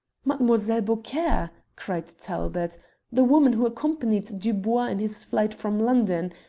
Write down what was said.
mademoiselle beaucaire, cried talbot the woman who accompanied dubois in his flight from london.